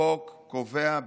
החוק קובע,